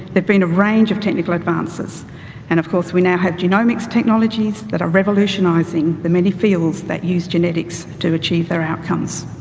they've been a range of technical advances and of course we now have genomics technologies that are revolutionizing the many fields that use genetics to achieve their outcomes.